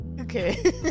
Okay